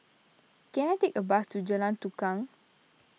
can I take a bus to Jalan Tukang